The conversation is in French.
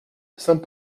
saint